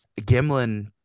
Gimlin